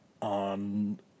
on